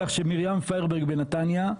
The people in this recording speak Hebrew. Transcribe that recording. להזכיר לך שמרים פיירברג בנתניה,